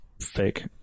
fake